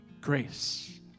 grace